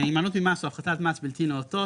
הימנעות ממס או הפחתת מס בלתי נאותות